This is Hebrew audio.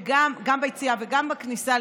גם ביציאה וגם בכניסה.